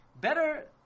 Better